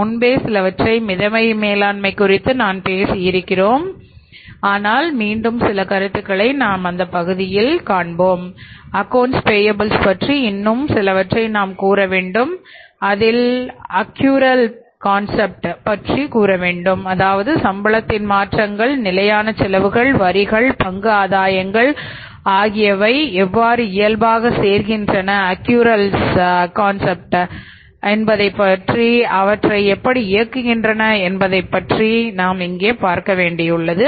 முன்பே சிலவற்றை மிதவை மேலாண்மை குறித்து நாம் பேசியிருக்கிறோம் ஆனால் மீண்டும் சில கருத்துக்களை நாம் அடுத்த பகுதியில் காண்போம் அக்கவுன்ட்ஸ் பேயபிள்ஸ் எவ்வாறு இயங்குகின்றன என்பதை இங்கே நாம் பார்க்க வேண்டியுள்ளது